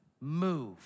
move